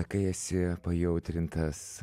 kai esi pajautrintas